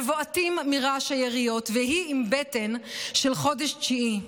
מבועתים מרעש היריות, והיא עם בטן של חודש תשיעי.